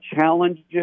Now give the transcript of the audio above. challenges